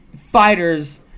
fighters